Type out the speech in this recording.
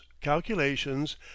calculations